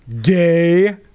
day